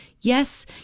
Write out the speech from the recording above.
Yes